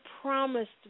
promised